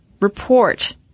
Report